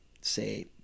say